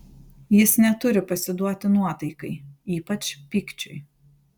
jis neturi pasiduoti nuotaikai ypač pykčiui